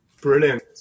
Brilliant